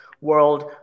world